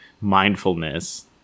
mindfulness